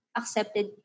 accepted